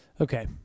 Okay